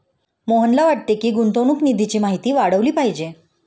मोहनला वाटते की, गुंतवणूक निधीची माहिती वाढवली पाहिजे